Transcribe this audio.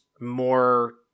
more